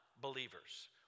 believers